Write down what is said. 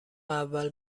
اول